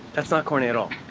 that's not corny at all.